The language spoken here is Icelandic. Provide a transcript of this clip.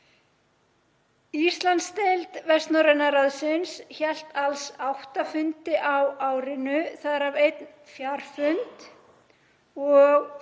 Íslandsdeild Vestnorræna ráðsins hélt alls átta fundi á árinu, þar af einn fjarfund og